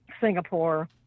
Singapore